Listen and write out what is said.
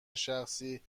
شخصی